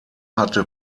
hatte